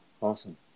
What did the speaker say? Awesome